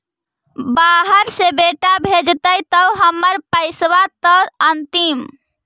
बाहर से बेटा भेजतय त हमर पैसाबा त अंतिम?